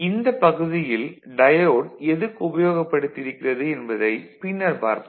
இந்த பகுதியில் டயோடு எதுக்கு உபயோகப்படுத்தி இருக்கிறது என்பதைப் பின்னர் பார்ப்போம்